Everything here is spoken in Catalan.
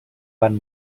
van